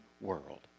world